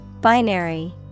Binary